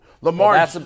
Lamar